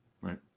Right